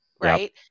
right